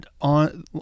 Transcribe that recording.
on